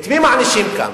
את מי מענישים כאן?